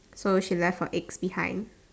so she left her eggs behind